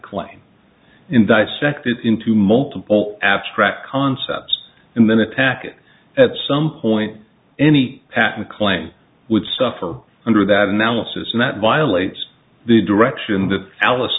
claim in dissect it into multiple abstract concepts and then attack it at some point any path you claim would suffer under that analysis and that violates the direction the alice